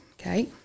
okay